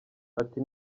ati